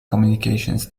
communications